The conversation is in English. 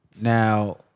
now